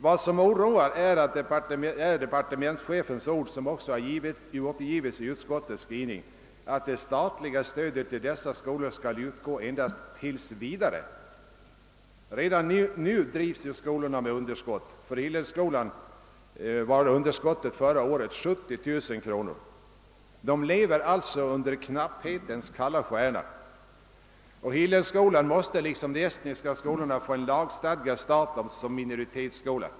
Vad som oroar är också departementschefens ord, som återgivits i utskottets skrivning, att det statliga stödet till dessa skolor skall utgå endast tills vidare. Redan nu drivs skolorna med underskott som resultat. För Hillelskolan var underskottet förra året 70 000 kronor. De lever alltså under knapphetens kalla stjärna. Hillelskolan måste liksom de estniska skolorna få en lagstadgad status som minoritetsskola.